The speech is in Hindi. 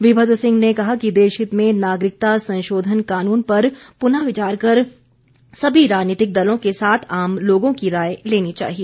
वीरभद्र सिंह ने कहा कि देशहित में नागरिकता संशोधन कानून पर पुनः विचार कर सभी राजनीतिक दलों के साथ आम लोगों की राय लेनी चाहिए